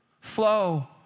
flow